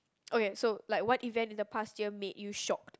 okay so like what event in the past year made you shocked